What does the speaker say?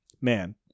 man